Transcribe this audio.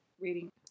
Reading